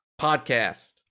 podcast